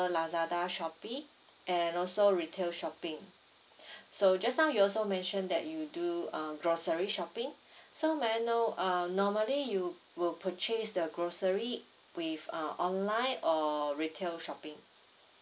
lazada shopee and also retail shopping so just now you also mentioned that you do uh grocery shopping so may I know uh normally you will purchase the grocery with uh online or retail shopping